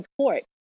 support